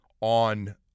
on